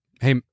hey